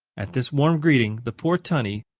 at this warm greeting, the poor tunny,